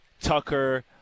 Tucker